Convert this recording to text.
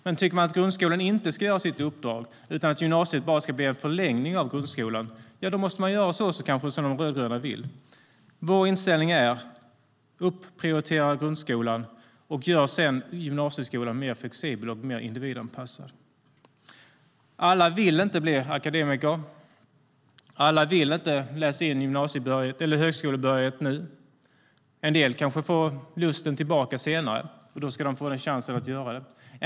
Men tycker man att grundskolan inte ska göra sitt uppdrag utan att gymnasiet bara ska bli en förlängning av grundskolan, då måste man kanske göra som de rödgröna vill. Alla vill inte bli akademiker. Alla vill inte läsa in högskolebehörighet nu. En del kanske får tillbaka lusten senare, och då ska de få chansen att göra det.